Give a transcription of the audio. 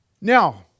Now